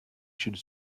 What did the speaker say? should